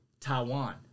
Taiwan